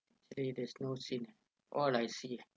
actually there's no scene ah all I see